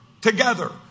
together